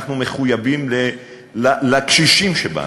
אנחנו מחויבים לקשישים שבנו.